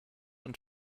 und